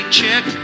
check